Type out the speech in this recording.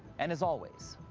and, as always,